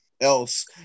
else